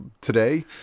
today